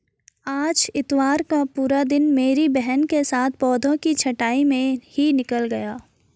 आज इतवार का पूरा दिन मेरी बहन के साथ पौधों की छंटाई में ही निकल गया